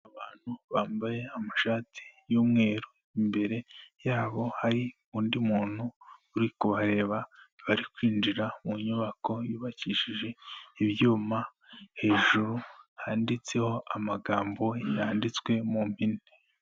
Abantu bambaye amashati y'umweru. Imbere yabo hari undi muntu uri kubareba, bari kwinjira mu nyubako yubakishije ibyuma. Hejuru handitseho amagambo yanditswe mu mpine.